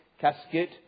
casket